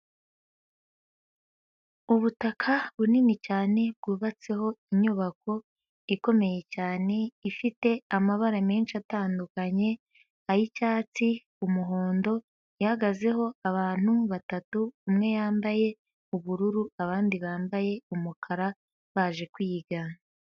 Ubutaka bunini cyane bwubatseho inyubako ikomeye cyane ifite amabara menshi atandukanye, ay'icyatsi, umuhondo ihagazeho abantu batatu umwe yambaye ubururu abandi bambaye umukara baje kwiga.